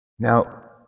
Now